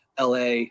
LA